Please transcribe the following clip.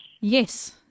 yes